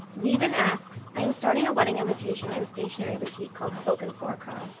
yeah ivan asks, i am starting a wedding invitation and stationary boutique called spokenforco.